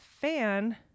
fan